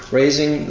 raising